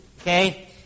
Okay